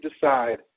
decide